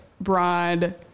broad